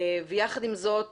ויחד עם זאת